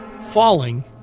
Falling